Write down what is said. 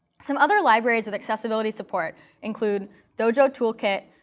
some other libraries with accessibility support include dojo toolkit,